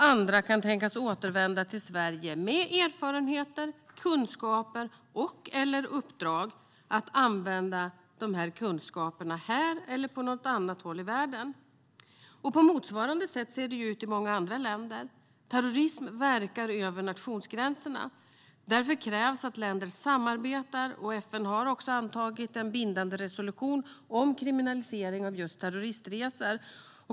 Andra kan tänkas återvända till Sverige med erfarenheter, kunskaper och/eller uppdrag att använda de kunskaperna här eller på något annat håll i världen. På motsvarande sätt ser det ut i många andra länder. Terrorism verkar över nationsgränserna. Därför krävs det att länder samarbetar. FN har också antagit en bindande resolution om kriminalisering av just terrorismresor.